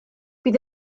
bydd